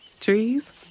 Trees